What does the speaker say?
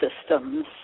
systems